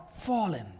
fallen